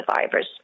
survivors